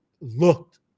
looked